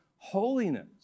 Holiness